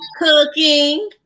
cooking